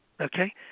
okay